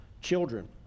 children